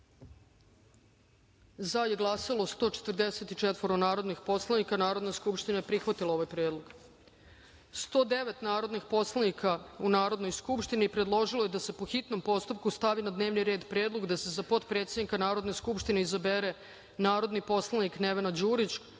glasanje: za – 144 narodna poslanika. Konstatujem da je Narodna skupština prihvatila ovaj predlog. Sto devet narodnih poslanika u Narodnoj skupštini predložilo je da se, po hitnom postupku, stavi na dnevni red predlog da se za potpredsednika Narodne skupštine izabere narodni poslanik Nevena Đurić,